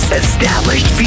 established